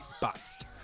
bust